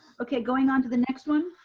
okay, going on to the next one.